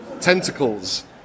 tentacles